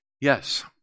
Yes